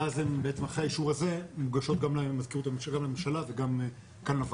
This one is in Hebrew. ואז בעצם אחרי האישור הזה מוגשות גם למזכירות הממשלה וגם לוועדה,